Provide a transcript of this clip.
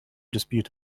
dispute